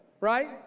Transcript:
right